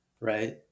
right